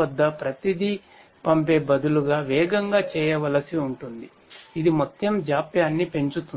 వద్ద ప్రతిదీ పంపే బదులు వేగంగా చేయవలసి ఉంటుంది ఇది మొత్తంజాప్యాన్నిపెంచుతుంది